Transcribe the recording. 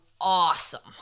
Awesome